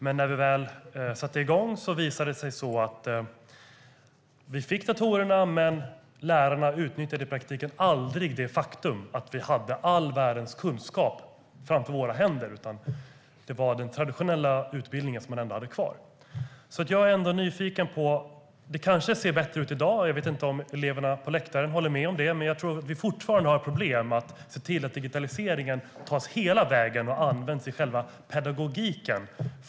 Men när vi väl satte igång visade det sig att vi fick datorerna men lärarna i praktiken aldrig utnyttjade det faktum att vi hade all världens kunskap i våra händer, utan man höll fast vid den traditionella utbildningen. Det kanske ser bättre ut i dag. Jag vet inte om eleverna på läktaren håller med mig, men jag tror att vi fortfarande har problem att se till att digitaliseringen tas hela vägen och används av lärarna i själva pedagogiken.